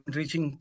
reaching